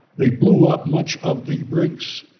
they blew up much of the brinks,